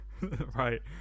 Right